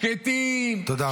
שקטים -- תודה רבה.